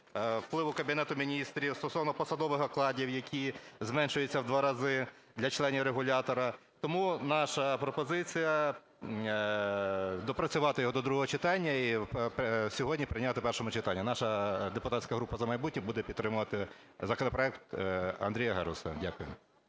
впливу Кабінету Міністрів, стосовно посадових окладів, які зменшуються в 2 рази для членів регулятора. Тому наша пропозиція - доопрацювати його до другого читання і сьогодні прийняти в першому читанні. Наша депутатська група "За майбутнє" буде підтримувати законопроект Андрія Геруса. Дякую.